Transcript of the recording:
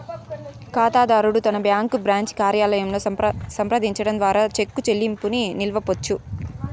కాతాదారుడు తన bank branch కార్యాలయంలో సంప్రదించడం ద్వారా చెక్కు చెల్లింపుని నిలపొచ్చు